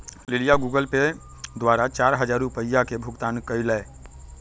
लिलीया Google Pay द्वारा चार हजार रुपिया के भुगतान कई लय